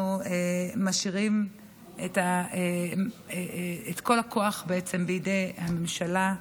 אנחנו משאירים את כל הכוח בעצם בידי הממשלה,